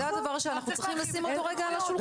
זה הדבר שאנחנו צריכים לשים אותו רגע על השולחן.